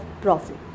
profit